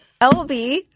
LB